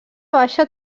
baixa